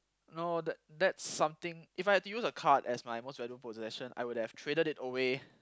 no the that's something if I had to use a card as my most valued possession I would have traded it away